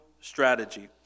strategy